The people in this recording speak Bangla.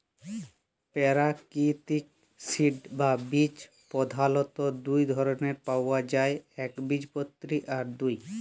পেরাকিতিক সিড বা বীজ পধালত দু ধরলের পাউয়া যায় একবীজপত্রী আর দু